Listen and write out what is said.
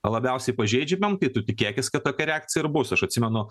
labiausiai pažeidžiamiem tai tu tikėkis kad tokia reakcija ir bus aš atsimenu